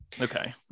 Okay